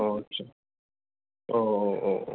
आछा अह अह अह